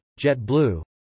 JetBlue